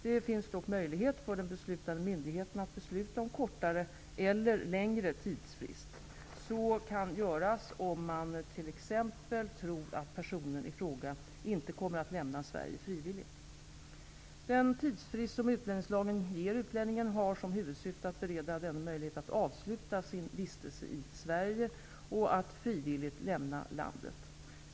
Det finns dock möjlighet för den beslutsfattande myndigheten att besluta om kortare eller längre tidsfrist. Så kan göras om man t.ex. tror att personen i fråga inte kommer att lämna Sverige frivilligt. Den tidsfrist som utlänningslagen ger utlänningen har som huvudsyfte att bereda denne möjlighet att avsluta sin vistelse i Sverige, och att frivilligt lämna landet.